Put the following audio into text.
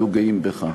היו גאים בך.